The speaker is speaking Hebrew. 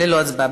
ללא הצבעה.